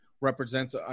represents